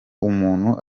umuntu